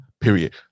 period